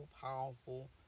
powerful